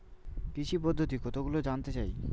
কৃষি পদ্ধতি কতগুলি জানতে চাই?